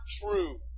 true